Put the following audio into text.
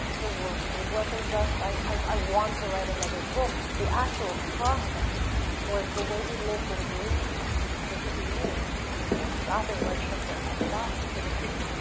the work. it wasn't just i i want to write another book. the actual process was the way he lived and breathed for fifty years, and that's why stopping was such a ah shock to the system.